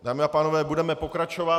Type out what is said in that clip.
Dámy a pánové, budeme pokračovat.